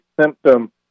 symptom